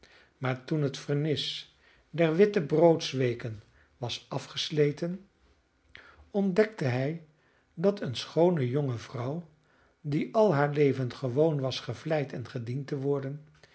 maar toen het vernis der wittebroodsweken was afgesleten ontdekte hij dat eene schoone jonge vrouw die al haar leven gewoon was gevleid en gediend te worden